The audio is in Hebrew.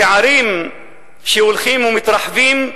הפערים שהולכים ומתרחבים,